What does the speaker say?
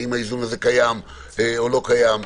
האם הוא קיים או לא קיים,